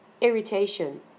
irritation